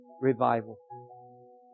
revival